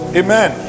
amen